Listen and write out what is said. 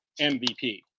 MVP